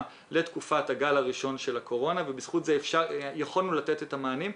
לתקופת הגל הראשון של הקורונה ובזכות זה יכולנו לתת את המענים.